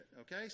Okay